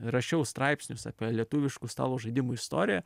rašiau straipsnius apie lietuviškų stalo žaidimų istoriją